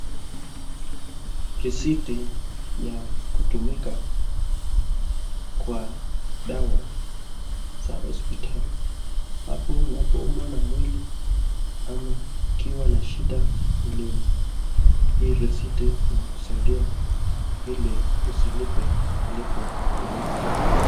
Risiti ya kutumika kwa dawa za hospitali hapo unapoumwa na mwili ama ukiwa na shida mwilini. Hii risiti inakusaidia hili usilipe malipo yeyote.